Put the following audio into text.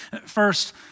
First